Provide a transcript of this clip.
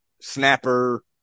snapper